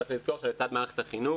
צריך לזכור שלצד מערכת החינוך